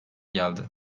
geldi